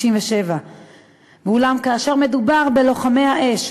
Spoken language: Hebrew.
67. אולם כאשר מדובר בלוחמי האש,